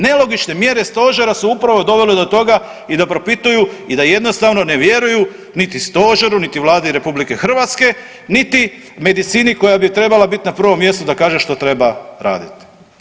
Nelogične mjere stožera su upravo dovele do toga i da propituju i da jednostavno ne vjeruju niti stožeru, niti Vladi RH, niti medicini koja bi trebala biti na prvom mjestu da kaže što treba raditi.